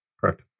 Correct